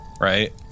right